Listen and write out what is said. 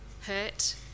hurt